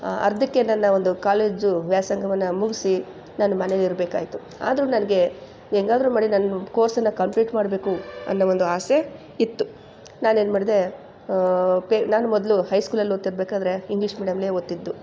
ಅರ್ಧಕ್ಕೆ ನನ್ನ ಒಂದು ಕಾಲೇಜು ವ್ಯಾಸಂಗವನ್ನು ಮುಗಿಸಿ ನಾನು ಮನೇಲಿರಬೇಕಾಯ್ತು ಆದರೂ ನನಗೆ ಹೆಂಗಾದ್ರೂ ಮಾಡಿ ನಾನು ಕೋರ್ಸನ್ನು ಕಂಪ್ಲೀಟ್ ಮಾಡಬೇಕು ಅನ್ನೋ ಒಂದು ಆಸೆ ಇತ್ತು ನಾನೇನು ಮಾಡಿದೆ ಪೇ ನಾನು ಮೊದಲು ಹೈ ಸ್ಕೂಲಲ್ಲಿ ಓದ್ತಿರಬೇಕಾದ್ರೆ ಇಂಗ್ಲೀಷ್ ಮೀಡಿಯಮ್ಲೇ ಓದ್ತಿದ್ದು